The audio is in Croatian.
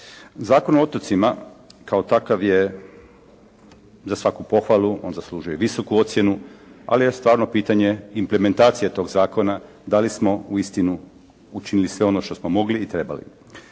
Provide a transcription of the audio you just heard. Zakon o otocima kao takav je za svaku pohvalu, on zaslužuje visoku ocjenu, ali je stvarno pitanje implementacije toga zakona, da li smo uistinu učinili sve ono što smo mogli i trebali.